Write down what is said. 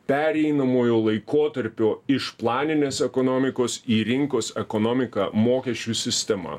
pereinamuoju laikotarpiu iš planinės ekonomikos į rinkos ekonomiką mokesčių sistema